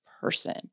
person